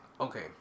Okay